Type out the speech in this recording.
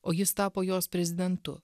o jis tapo jos prezidentu